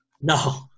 No